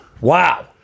Wow